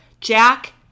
Jack